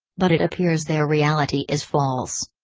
but it appears their reality is false.